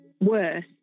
worse